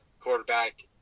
quarterback